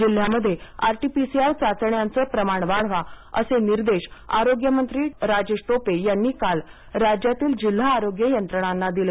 जिल्ह्यांमध्ये आरटीपीसीआर चाचण्यांचे प्रमाण वाढवा असे निर्देश आरोग्यमंत्री राजेश टोपे यांनी काल राज्यातील जिल्हा आरोग्य यंत्रणांना दिले